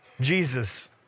Jesus